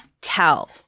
tell